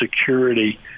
security